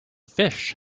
fish